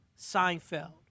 Seinfeld